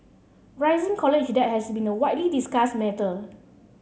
rising college debt has been a widely discussed matter